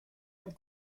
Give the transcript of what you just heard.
und